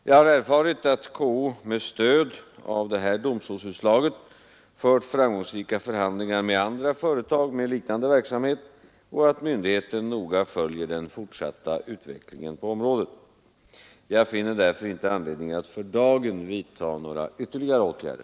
Jag har erfarit att KO med stöd av domstolsutslaget fört framgångsrika förhandlingar med andra företag med liknande verksamhet och att myndigheten noga följer den fortsatta utvecklingen på området. Jag finner därför inte anledning att för dagen vidta några ytterligare åtgärder.